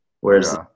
whereas